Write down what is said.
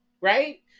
right